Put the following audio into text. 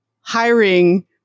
hiring